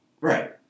Right